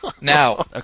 Now